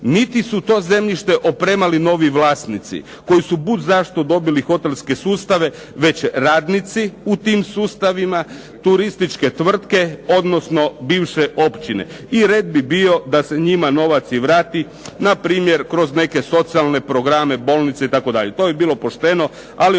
niti su to zemljište opremali novi vlasnici koji su budzašto dobili hotelske sustave već radnici u tim sustavima, turističke tvrtke odnosno bivše općine i red bi bio da se njima novac i vrati, npr. kroz neke socijalne programe, bolnice itd. To bi bilo pošteno, ali od toga